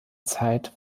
zeit